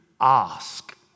ask